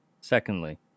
Secondly